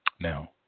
now